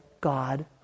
God